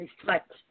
reflect